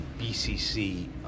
BCC